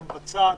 המבצעת,